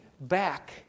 back